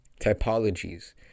typologies